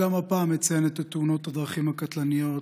גם הפעם אציין את תאונות הדרכים הקטלניות